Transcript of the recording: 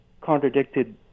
contradicted